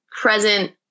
present